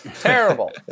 terrible